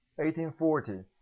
1840